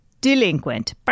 delinquent